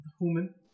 human